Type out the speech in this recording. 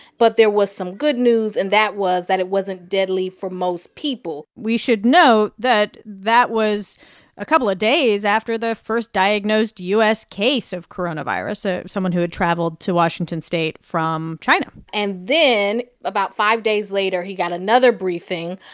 but there was some good news. and that was that it wasn't deadly for most people we should note that that was a couple of days after the first diagnosed u s. case of coronavirus ah someone who had traveled to washington state from china and then about five days later, he got another briefing,